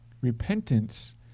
Repentance